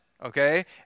okay